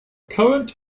current